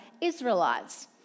Israelites